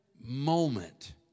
moment